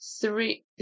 three